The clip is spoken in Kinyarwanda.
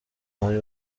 wari